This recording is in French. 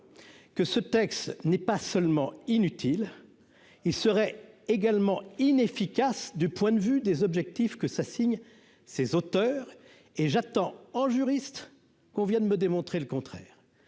que ce texte n'est pas seulement inutile : il serait également inefficace du point de vue des objectifs que s'assigne ses auteurs et j'attends en juriste qu'on vient de me démontrer le contraire,